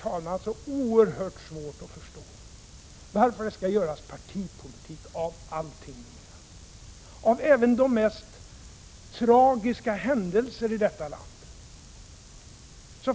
Jag har så oerhört svårt att förstå varför det skall göras Prot. 1987/88:11 partipolitik av allting numera.